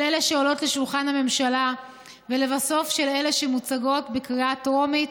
של אלה שעולות לשולחן הממשלה ולבסוף של אלה שמוצגות בקריאה טרומית,